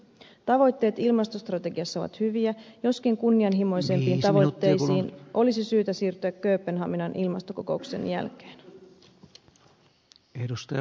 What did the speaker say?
tavoitteet ilmastostrategiassa ovat hyviä joskin kunnianhimoisempiin tavoitteisiin olisi syytä siirtyä kööpenhaminan ilmastokokouksen jälkeen